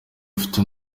afite